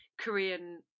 Korean